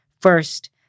First